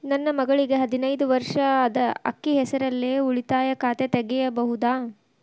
ನನ್ನ ಮಗಳಿಗೆ ಹದಿನೈದು ವರ್ಷ ಅದ ಅಕ್ಕಿ ಹೆಸರಲ್ಲೇ ಉಳಿತಾಯ ಖಾತೆ ತೆಗೆಯಬಹುದಾ?